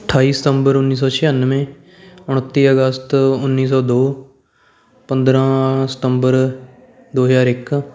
ਅਠਾਈ ਸਤੰਬਰ ਉੱਨੀ ਸੌ ਛਿਆਨਵੇਂ ਉਨੱਤੀ ਅਗਸਤ ਉੱਨੀ ਸੌ ਦੋ ਪੰਦਰ੍ਹਾਂ ਸਤੰਬਰ ਦੋ ਹਜ਼ਾਰ ਇੱਕ